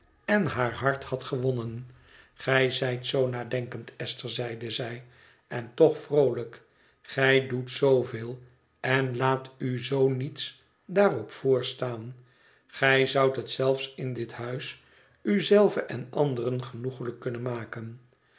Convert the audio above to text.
en haar hart had gewonnen gij zijt zoo nadenkend esther zeide zij en toch vroohjk gij doet zooveel en laat u zoo niets daarop voorstaan gij zoudt het zelfs in dit huis u zelve en anderen genoeglijk kunnen maken